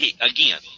again